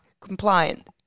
compliant